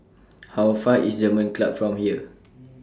How Far away IS German Club from here